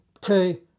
two